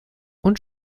und